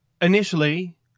Initially